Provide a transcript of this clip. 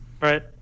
right